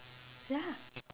ya